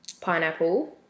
pineapple